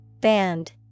Band